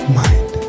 mind